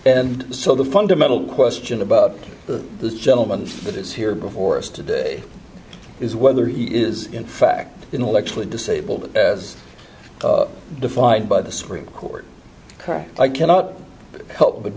and so the fundamental question about this gentleman that is here before us today is whether he is in fact intellectually disabled as defined by the supreme court i cannot help but